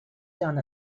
done